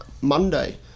Monday